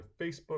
Facebook